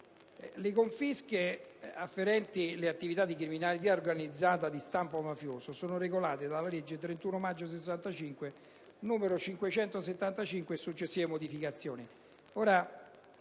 Le confische afferenti le attività di criminalità organizzata di stampo mafioso sono regolate dalla legge 31 maggio 1965, n. 575, e successive modificazioni.